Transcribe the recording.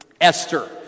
Esther